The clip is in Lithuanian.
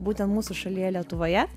būtent mūsų šalyje lietuvoje